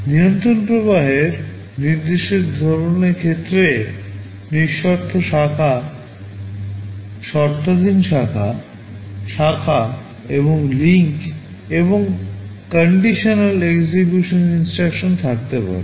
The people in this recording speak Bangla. নিয়ন্ত্রণ প্রবাহের নির্দেশের ধরণের ক্ষেত্রে নিঃশর্ত শাখা থাকতে পারে